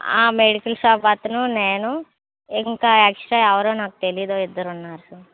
ఆ medical shop అతను నేను ఇంకా ఎక్స్ట్రా ఎవరో నాకు తెలీదు ఇద్దరున్నారు సార్